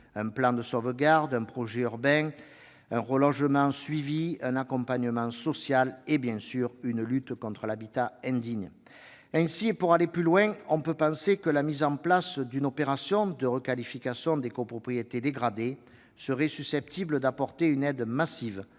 : plan de sauvegarde, projet urbain, suivi des relogements, accompagnement social et, bien sûr, lutte contre l'habitat indigne. Ainsi, et pour aller plus loin, on peut penser que la mise en oeuvre d'une opération de requalification des copropriétés dégradées serait susceptible d'apporter une aide massive